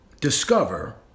discover